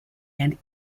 and